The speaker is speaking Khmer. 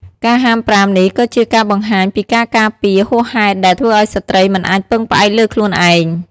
ការហាមប្រាមនេះក៏ជាការបង្ហាញពីការការពារហួសហេតុដែលធ្វើឱ្យស្ត្រីមិនអាចពឹងផ្អែកលើខ្លួនឯង។